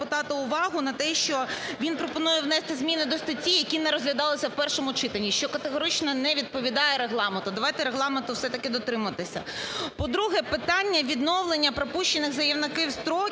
він пропонує внести зміни до статті, які не розглядалися в першому читанні, що категорично не відповідає Регламенту. Давайте Регламенту все-таки дотримуватися. По-друге. Питання відновлення пропущених заявників строків